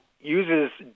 uses